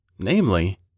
Namely